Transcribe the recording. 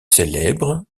célèbre